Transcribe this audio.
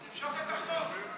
למיקרופון, הצעה לסדר.